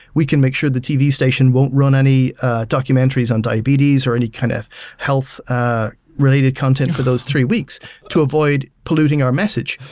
we can make sure the tv station won't run any documentaries on diabetes or any kind of health ah related content for those three weeks to avoid polluting our message.